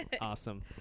Awesome